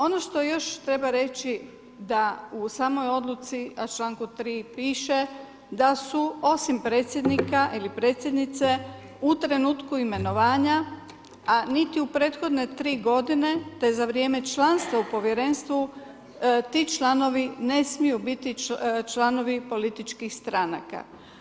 Ono što još treba reći da u samoj odluci u članku 3. piše da su osim predsjednika ili predsjednice u trenutku imenovanja, a niti u prethodne tri godine te za vrijeme članstva u povjerenstvu ti članovi ne smiju biti članovi političkih stranaka.